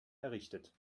errichtet